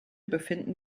befinden